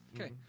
Okay